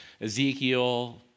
Ezekiel